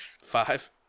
Five